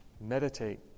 meditate